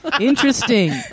Interesting